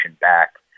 back